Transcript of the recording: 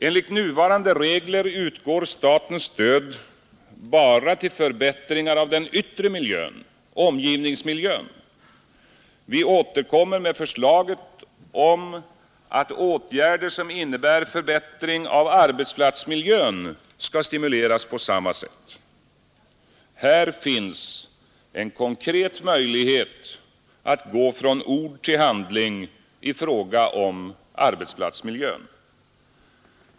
Enligt nuvarande regler utgår statens stöd bara till förbättringar av den yttre miljön — omgivningsmiljön. Vi återkommer med förslaget om att åtgärder som innebär förbättring av arbetsplatsmiljön skall stimuleras på samma sätt. Här finns en konkret möjlighet att gå från ord till handling i frågan om arbetsplatsmiljön.